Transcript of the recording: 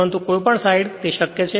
પરંતુ કોઈપણ સાઇડ તે શક્ય છે